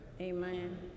Amen